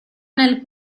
nel